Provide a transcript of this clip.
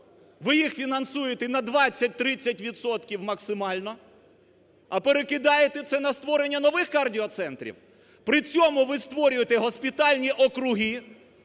ви їх фінансуєте на 20-30 відсотків максимально, а перекидаєте це на створення нових кардіоцентрів. При цьому ви створюєте госпітальні округи,